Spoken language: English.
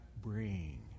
bring